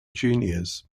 juniors